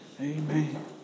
Amen